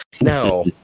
No